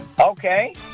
okay